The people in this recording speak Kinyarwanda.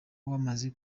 wamaze